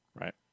Right